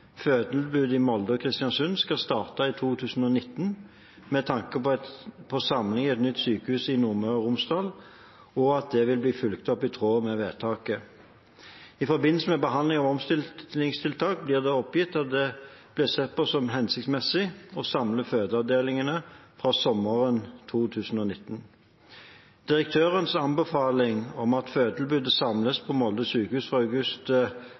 i Molde og Kristiansund skal starte i 2019, med tanke på samling i et nytt sykehus i Nordmøre og Romsdal, og at det vil bli fulgt opp i tråd med vedtaket. I forbindelse med behandling av omstillingstiltak blir det oppgitt at det blir sett på som hensiktsmessig å samle fødeavdelingene fra sommeren 2019. Direktørens anbefaling om at fødetilbudet samles på Molde sykehus fra august